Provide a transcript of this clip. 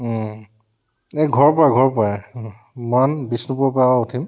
এই ঘৰৰ পৰা ঘৰৰ পৰাই মান বিষ্ণুপুৰৰ পৰা উঠিম